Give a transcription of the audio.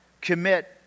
commit